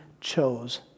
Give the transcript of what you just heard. chose